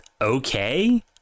okay